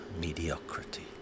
mediocrity